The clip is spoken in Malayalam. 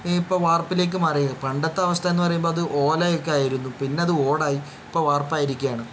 ഇപ്പം വാർപ്പിലേക്ക് മാറിയത് പണ്ടത്തെ അവസ്ഥ എന്ന് പറയുമ്പോൾ അത് ഓലയൊക്കെ ആയിരുന്നു പിന്നെ അത് ഓടായി ഇപ്പം അത് വാർപ്പായിരിക്കുകയാണ്